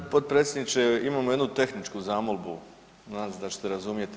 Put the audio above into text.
g. Potpredsjedniče, imamo jednu tehničku zamolbu, nadam se da ćete razumjeti.